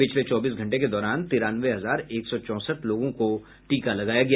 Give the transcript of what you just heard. पिछले चौबीस घंटे के दौरान तिरानवे हजार एक सौ चौंसठ लोगों को टीका लगाया गया